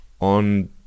On